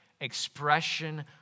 Expression